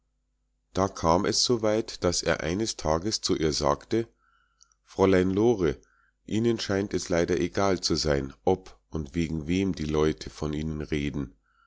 da kam es so weit daß er eines tages zu ihr sagte fräulein lore ihnen scheint es leider egal zu sein ob und wegen wem die leute von ihnen reden